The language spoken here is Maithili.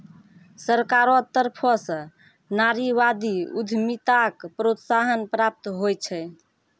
सरकारो तरफो स नारीवादी उद्यमिताक प्रोत्साहन प्राप्त होय छै